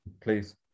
Please